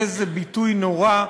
איזה ביטוי נורא,